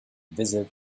visit